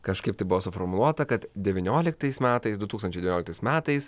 kažkaip tai buvo suformuluota kad devynioliktais metais du tūkstančiai devynioliktais metais